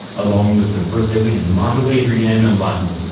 along with the brazilian model adriana lima.